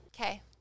Okay